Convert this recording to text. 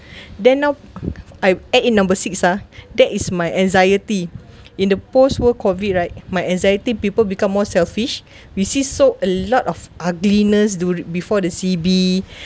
then now I add in number six ah that is my anxiety in the post world COVID right my anxiety people become more selfish we see so a lot of ugliness during before the C_B